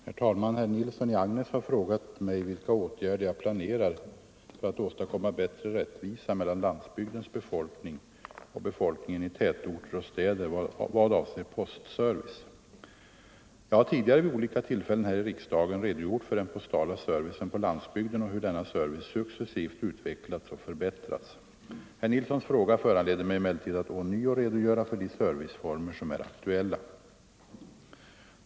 Herr talman! Herr Nilsson i Agnäs har frågat mig vilka åtgärder jag planerar för att åstadkomma bättre rättvisa mellan landsbygdens befolkning och befolkningen i tätorter och städer vad avser postservice. Jag har tidigare vid olika tillfällen här i riksdagen redogjort för den postala servicen på landsbygden och hur denna service successivt utvecklats och förbättrats. Herr Nilssons fråga föranleder mig emellertid att ånyo redogöra för de serviceformer som är aktuella.